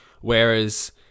Whereas